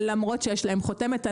למרות שיש להם חותמת.